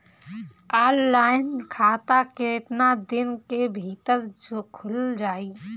Online खाता केतना दिन के भीतर ख़ुल जाई?